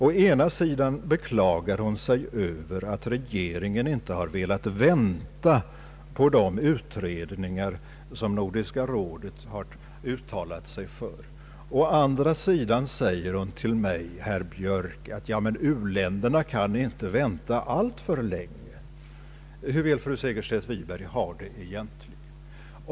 Å ena sidan beklagar hon sig över att regeringen inte har velat avvakta de utredningar som Nordiska rådet uttalat sig för. Å andra sidan säger hon till mig: U-länderna kan inte vänta alltför länge. Hur vill fru Segerstedt Wiberg ha det egentligen?